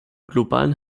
globalen